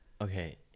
Okay